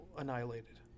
annihilated